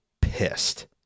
pissed